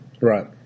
Right